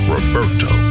Roberto